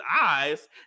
eyes